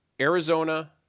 Arizona